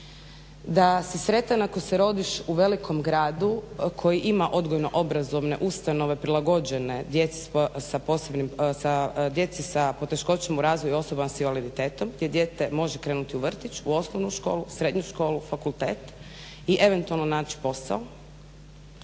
Da si sretan ako se rodiš u velikom gradu koji ima odgojno obrazovne ustanove prilagođene djeci sa poteškoćama u razvoju osoba s invaliditetom gdje dijete može krenuti u vrtić, u osnovnu školu, srednju školu i fakultet i eventualno naći posao.